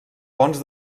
ponts